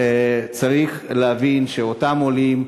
צריך להבין שאותם עולים,